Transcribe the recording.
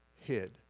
hid